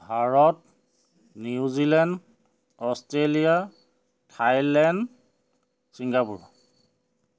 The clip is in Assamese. Bharat New Zealand Australia Thailand Singapore